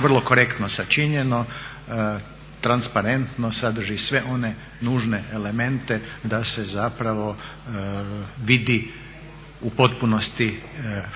vrlo korektno sačinjeno, transparentno, sadrži sve one nužne elemente da se zapravo vidi u potpunosti